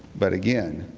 but again,